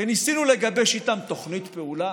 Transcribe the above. וניסינו לגבש איתם תוכנית פעולה